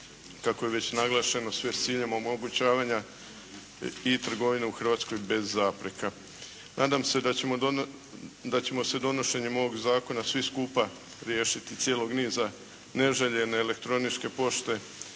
kako je već naglašeno sve s ciljem omogućavanja i trgovine u Hrvatskoj bez zapreka. Nadam se da ćemo se donošenjem ovog zakona svi skupa riješiti cijelog niza neželjene elektroničke pošte